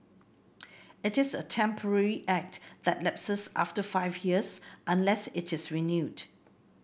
it is a temporary act that lapses after five years unless it is renewed